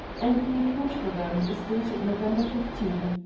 and the account for them is dated november fifteen.